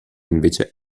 invece